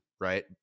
right